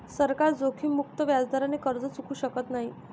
सरकार जोखीममुक्त व्याजदराने कर्ज चुकवू शकत नाही